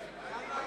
רבותי,